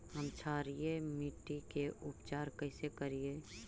हम क्षारीय मिट्टी के उपचार कैसे करी?